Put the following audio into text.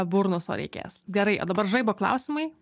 burnuso reikės gerai o dabar žaibo klausimai